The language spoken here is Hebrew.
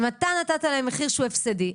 אם אתה נתת להם מחיר שהוא הפסדי,